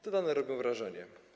Te dane robią wrażenie.